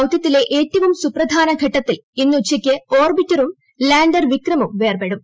ദൌത്യത്തിലെ ഏറ്റവും സുപ്രധാന ഘട്ടത്തിൽ ഇന്ന് ഉച്ചയ്ക്ക് ഓർബിറ്ററും ലാൻഡർ വിക്രമും വേർപെടും